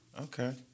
Okay